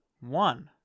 one